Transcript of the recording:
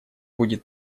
будет